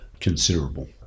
considerable